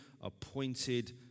appointed